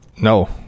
No